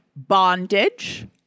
Bondage